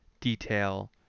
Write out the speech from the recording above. detail